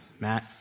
Matt